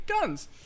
guns